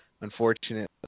Unfortunately